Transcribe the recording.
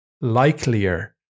likelier